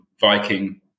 Viking